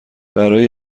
برای